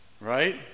Right